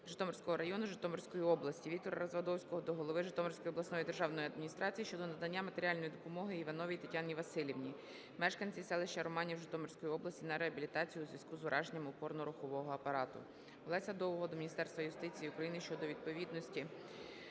Житомирського району, Житомирської області. Віктора Развадовського до голови Житомирської обласної державної адміністрації щодо надання матеріальної допомоги Івановій Тетяні Василівні, мешканці селища Романів Житомирської області, на реабілітацію у зв'язку з ураженням опорно-рухового апарату. Олеся Довгого до Міністерства юстиції України щодо відповідності